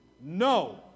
No